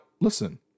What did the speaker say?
listen